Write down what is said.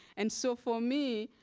and so for me,